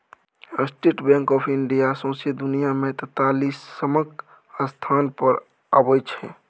state Bank of India सौंसे दुनियाँ मे तेतालीसम स्थान पर अबै छै